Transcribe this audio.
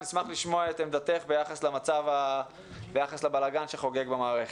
אשמח לשמוע את עמדתך ביחס לבלגאן שחוגג במערכת.